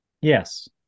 Yes